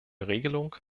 regelung